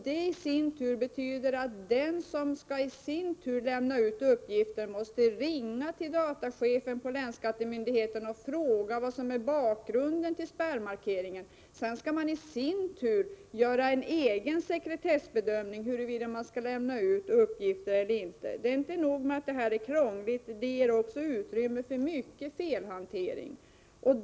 Det betyder att den som skall lämna ut uppgifter i sin tur måste ringa till datachefen på länsskattemyndigheten och fråga vad som är bakgrunden till spärrmarkeringen. Sedan skall tjänstemannen i fråga göra en egen sekretessbedömning av om man skall lämna ut uppgifter eller inte. Det är inte nog med att detta är krångligt, det ger också utrymme för mycket felhantering.